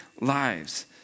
lives